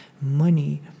money